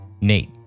Nate